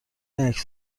عکس